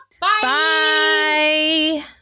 Bye